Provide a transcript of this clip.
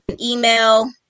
Email